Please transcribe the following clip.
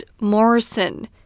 Morrison